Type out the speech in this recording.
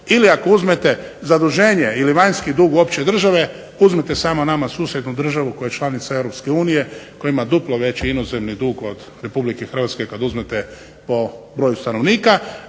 Ili ako uzmete zaduženje ili vanjski dug opće države, uzmite samo nama susjednu državu koja je članica EU koja ima duplo veći inozemni dug od RH, kad uzmete po broju stanovnika,